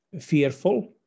fearful